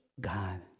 God